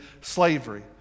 slavery